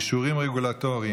(אישורים רגולטוריים,